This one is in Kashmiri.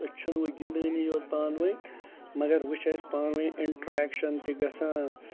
أسۍ چھِنہٕ وَ گِنٛدٲنی یوت پانہٕ ؤنۍ مگر وَ چھِ اَسہِ پانہٕ ؤنۍ اِنٹرٛیٮ۪کشَن تہِ گژھان